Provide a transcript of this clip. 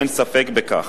אין ספק בכך.